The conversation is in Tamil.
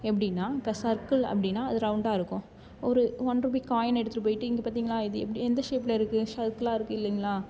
எப்படினா இப்போ சர்க்கிள் அப்படினா அது ரவுண்ட்டாக இருக்கும் ஒரு ஒன் ருபி காயின் எடுத்து போயிட்டு இங்கே பார்த்திங்களா இது எப்படி எந்த ஷேப்பில் இருக்குது சர்க்கிளாக இருக்குது இல்லைங்களா